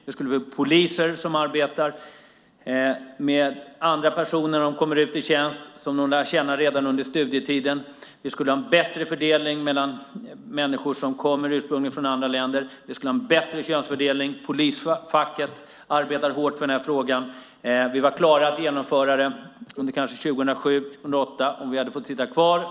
Vi skulle få poliser som arbetar med personer när de kommer ut i tjänst som de lärt känna redan under studietiden. Vi skulle ha en bättre fördelning av människor som ursprungligen kommer från andra länder. Vi skulle ha en bättre könsfördelning. Polisfacket arbetar hårt för den här frågan, och vi var klara att genomföra den under 2007-2008 om vi hade fått sitta kvar.